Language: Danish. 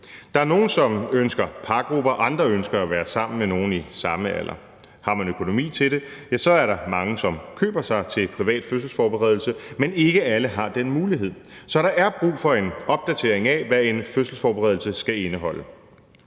Der er nogle, som ønsker pargrupper, andre ønsker at være sammen med nogle i samme alder. Har man økonomi til det, er der mange, som køber sig til privat fødselsforberedelse. Men ikke alle har den mulighed, så der er brug for en opdatering af, hvad en fødselsforberedelse skal indeholde.